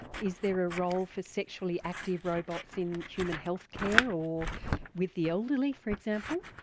is there a role for sexually active robots in human health care or with the elderly, for example?